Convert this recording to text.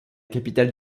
capitale